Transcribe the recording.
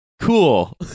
cool